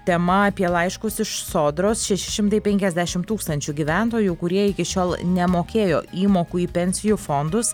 tema apie laiškus iš sodros šeši šimtai penkiasdešim tūkstančių gyventojų kurie iki šiol nemokėjo įmokų į pensijų fondus